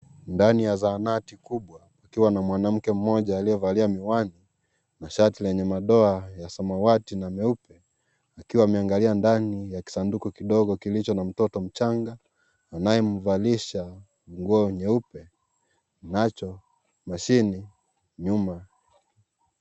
Ndani ya zahanati kubwa kukiwa na mwanamke mmoja aliyevalia miwani na shati lenye madoa ya samawati na nyeupe; akiwa anaangalia ndani ya kisanduku kidogo kilicho na mtoto mchanga anayemvalishwa nguo nyeupe. Macho, mashini, nyumba.